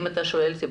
אם אתה שואל אותי,